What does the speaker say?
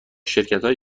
شرکتهای